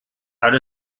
out